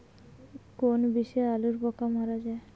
কোন বিষে আলুর পোকা মারা যায়?